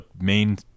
main